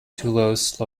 toulouse